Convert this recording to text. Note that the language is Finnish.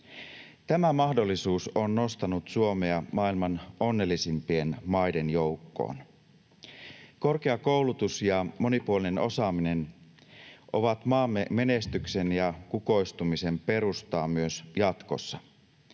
Tämä mahdollisuus on nostanut Suomea maailman onnellisimpien maiden joukkoon. Korkeakoulutus ja monipuolinen osaaminen ovat maamme menestyksen ja kukoistuksen perustaa myös jatkossa.